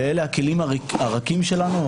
אלה הכלים הרכים שלנו.